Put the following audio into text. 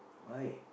why